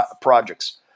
projects